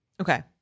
Okay